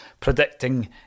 predicting